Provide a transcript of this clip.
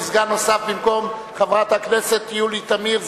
סגן נוסף במקום חברת הכנסת יולי תמיר,